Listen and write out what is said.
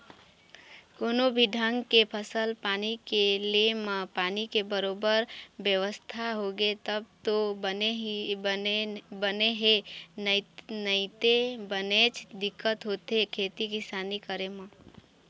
कोनो भी ढंग के फसल पानी के ले म पानी के बरोबर बेवस्था होगे तब तो बने हे नइते बनेच दिक्कत होथे खेती किसानी करे म